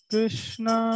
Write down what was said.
Krishna